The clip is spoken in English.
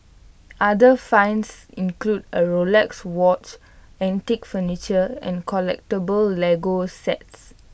other finds include A Rolex watch antique furniture and collectable Lego sets